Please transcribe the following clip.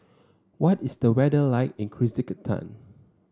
what is the weather like in Kyrgyzstan